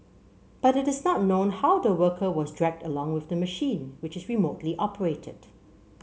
but it is not known how the worker was dragged along with the machine which is remotely operated